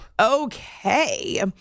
Okay